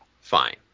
fine